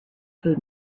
food